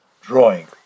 drawing